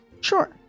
Sure